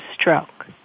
stroke